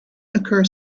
occur